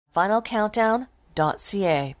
FinalCountdown.ca